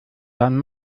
dann